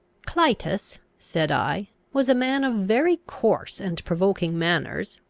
clitus, said i, was a man of very coarse and provoking manners,